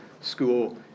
school